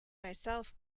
myself